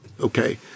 Okay